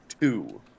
two